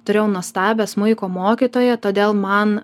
turėjau nuostabią smuiko mokytoją todėl man